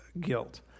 guilt